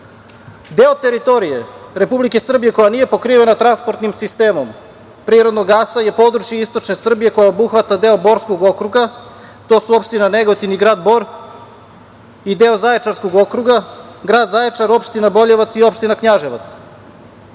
teritorije Republike Srbije, koja nije pokrivena transportnim sistemom prirodnog gasa je područje istočne Srbije, koje obuhvata deo Borskog okruga, i to su opština Negotin i grad Bor i deo Zaječarskog okruga, grad Zaječar i opština Boljevac, i opština